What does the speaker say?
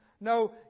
No